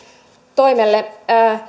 toimelle